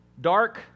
dark